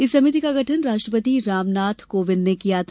इस समिति का गठन राष्ट्रपति रामनाथ कोविंद ने किया था